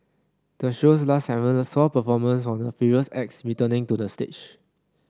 the show's last segment saw performers from the previous acts returning to the stage